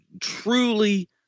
truly